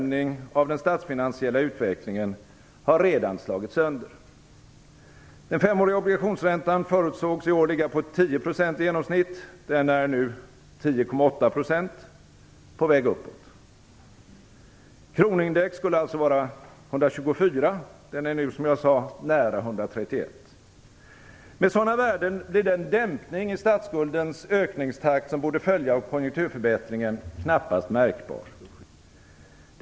Den femåriga obligationsräntan förutsågs i år ligga på 10 % i genomsnitt - den är nu - den är nu nära 131. Med sådana värden blir den dämpning i statsskuldens ökningstakt som borde följa av konjunkturförbättringen knappast märkbar.